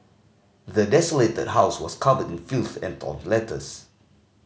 the desolated house was covered in filth and torn letters